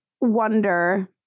wonder